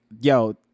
yo